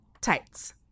TIGHTS